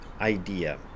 idea